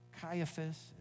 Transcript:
Caiaphas